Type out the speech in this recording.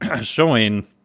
showing